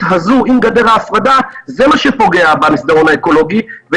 הזו עם גדר ההפרדה זה מה שפוגע במסדרון האקולוגי,